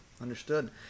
Understood